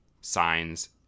signs